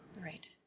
Right